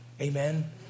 amen